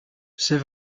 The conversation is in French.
c’est